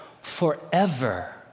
forever